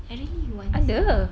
I really want sia